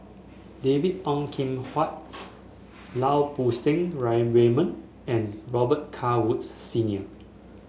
David Ong Kim Huat Lau Poo Seng Raymond and Robet Carr Woods Senior